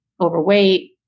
overweight